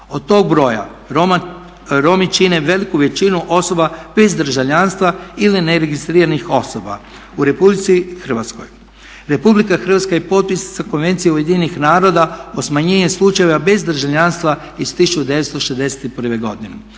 Od tog broja Romi čine veliku većinu osoba bez državljanstva ili neregistriranih osoba u Republici Hrvatskoj. Republika Hrvatska je potpisnica Konvencije UN-a o smanjenju slučajeva bez državljanstva iz 1961. godine.